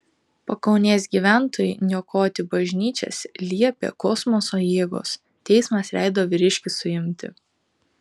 pakaunės gyventojui niokoti bažnyčias liepė kosmoso jėgos teismas leido vyriškį suimti